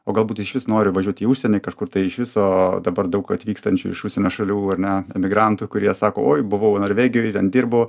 o galbūt išvis nori važiuot į užsienį kažkur tai iš viso dabar daug atvykstančių iš užsienio šalių ar ne emigrantų kurie sako oi buvau norvegijoj ten dirbau